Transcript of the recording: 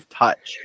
touch